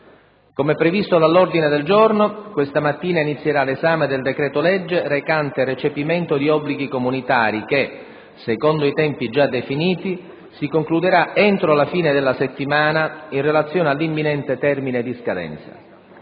Come previsto dall'ordine del giorno, questa mattina inizierà l'esame del decreto-legge recante recepimento di obblighi comunitari, che - secondo i tempi già definiti - si concluderà entro la fine della settimana, in relazione all'imminente termine di scadenza.